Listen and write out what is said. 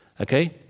Okay